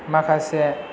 माखासे